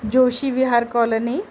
Joshi Vihar colony